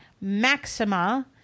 Maxima